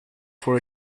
for